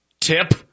Tip